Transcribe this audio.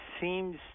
seems